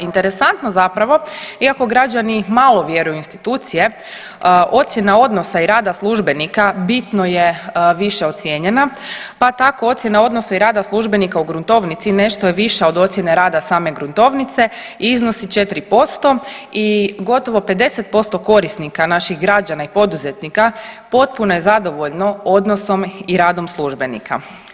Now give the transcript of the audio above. Interesantno zapravo iako građani malo vjeruju u institucije ocjena odnosa i rada službenika bitno je više ocijenjena, pa tako ocjena odnosa i rada službenika u gruntovnici nešto je viša od ocjene rada same gruntovnice i iznosi 4% i gotovo 50% korisnika naših građana i poduzetnika potpuno je zadovoljno odnosom i radom službenika.